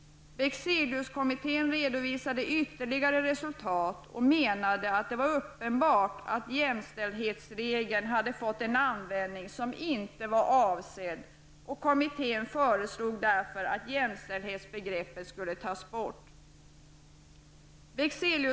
Man ansåg att det var uppenbart att jämställdhetsregeln hade fått en användning som inte var avsedd. Kommittén föreslog därför att jämställdhetsbegreppet skulle tas bort.